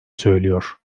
söylüyor